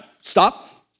stop